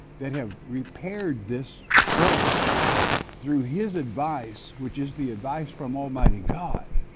that have repaired this trouble through his advice, which is the advice from almighty god,